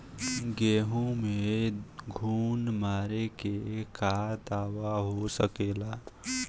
गेहूँ में घुन मारे के का दवा हो सकेला?